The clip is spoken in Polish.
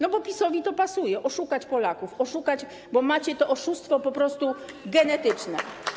No bo PiS-owi to pasuje: oszukać Polaków, oszukać, bo macie to oszustwo po prostu genetyczne.